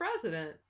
president